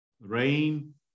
rain